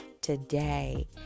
today